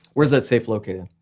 where is that safe located?